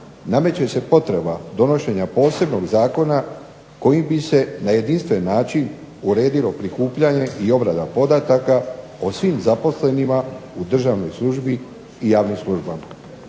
nameće se potreba donošenja posebnog zakona kojim bi se na jedinstven način uredilo prikupljanje i obrada podataka o svim zaposlenima u državnoj službi i javnim službama.